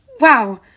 wow